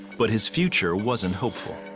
but his future wasn't hopeful.